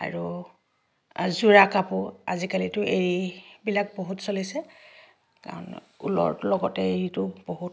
আৰু যোৰা কাপোৰ আজিকালিটো এৰীবিলাক বহুত চলিছে কাৰণ ঊলৰ লগতে এৰীটোও বহুত